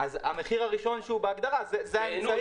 המחיר הראשון שהוא בהגדרה זה האמצעי --- תהינו,